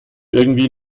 irgendwie